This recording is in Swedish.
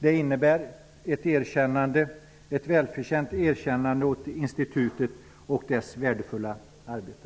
Det innebär ett välförtjänt erkännande av institutet och dess värdefulla arbete.